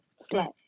Slap